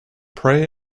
pray